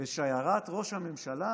בשיירת ראש הממשלה,